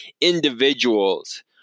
individuals